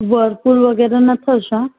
whirlpool वगैरह न अथव छा